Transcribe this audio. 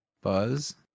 Buzz